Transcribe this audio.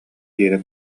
диэри